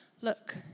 look